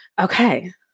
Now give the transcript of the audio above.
okay